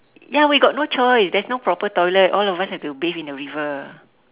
ya we got no choice there's no proper toilet all of us have to bathe in the river